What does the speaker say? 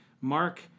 Mark